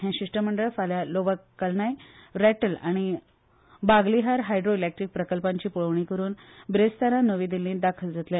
हे शिष्टमंडळ फाल्या लोव्हर कलनाय रॅटल आनी बागलिहार हायड्रो इलेट्रीक प्रकल्पांची पळोवणी करुन ब्रेस्तारा नवी दिल्लीत दाखल जातले